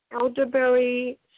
elderberry